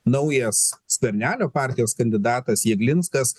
naujas skvernelio partijos kandidatas jeglinskas